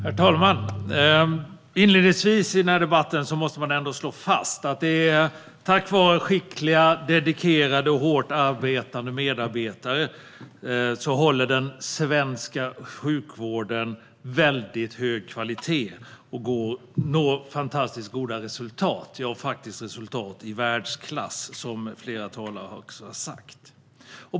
Herr talman! Inledningsvis vill jag i denna debatt slå fast att den svenska sjukvården håller väldigt hög kvalitet, och det är tack vare skickliga, dedikerade och hårt arbetande medarbetare. Sjukvården når fantastiskt goda resultat, faktiskt i världsklass, vilket flera talare har sagt.